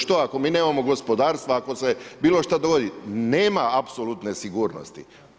Što ako mi nemamo gospodarstva, ako se bilo šta dogoditi, nema apsolutne sigurnosti.